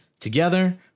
Together